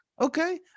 Okay